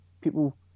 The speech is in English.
people